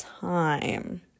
time